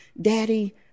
Daddy